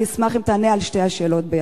ואשמח אם תענה על שתי השאלות.